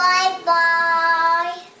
Bye-bye